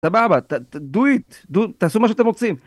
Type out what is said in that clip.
סבבה, do it, תעשו מה שאתם רוצים